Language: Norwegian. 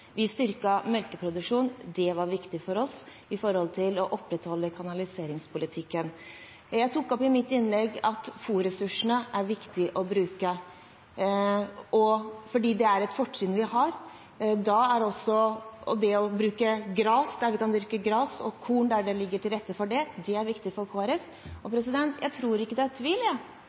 Vi styrket melkeproduksjonen – det var viktig for oss for å opprettholde kanaliseringspolitikken. Jeg tok opp i mitt innlegg at fôrressursene er viktig å bruke fordi det er et fortrinn vi har. Da er det viktig for Kristelig Folkeparti å bruke gras der vi kan dyrke gras, og korn der det kan ligge til rette for det. Jeg tror ikke det er tvil om at regjeringen, Fremskrittspartiet, Høyre og